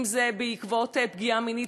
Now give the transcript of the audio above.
אם זה בעקבות פגיעה מינית,